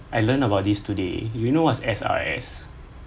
I learn about this today you know what is S_R_S